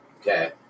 Okay